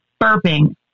burping